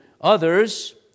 others